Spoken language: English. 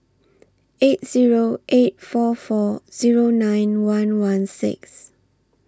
eight Zero eight four four Zero nine one one six